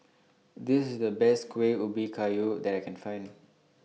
This IS The Best Kuih Ubi Kayu that I Can Find